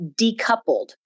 decoupled